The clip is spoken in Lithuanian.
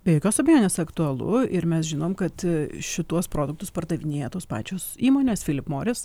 be jokios abejonės aktualu ir mes žinom kad šituos produktus pardavinėja tos pačios įmonės philip morris